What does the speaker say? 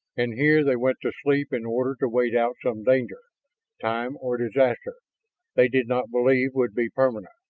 and here they went to sleep in order to wait out some danger time or disaster they did not believe would be permanent,